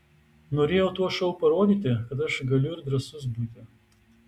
norėjau tuo šou parodyti kad aš galiu ir drąsus būti